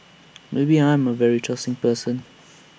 maybe I'm A very trusting person